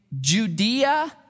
Judea